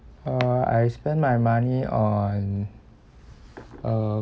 uh I spend my money on uh